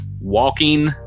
walking